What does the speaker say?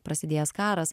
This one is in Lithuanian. prasidėjęs karas